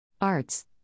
Arts